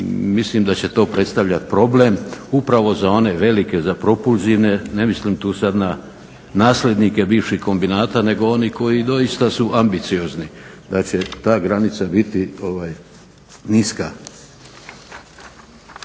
mislim da će to predstavljati problem, upravo za one velike za propulzivne. Ne mislim tu sada na nasljednike bivših kombinata nego oni koji su doista ambiciozni, da će ta granica biti niska.